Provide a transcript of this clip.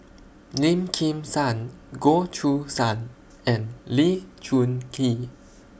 Lim Kim San Goh Choo San and Lee Choon Kee